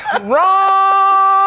Wrong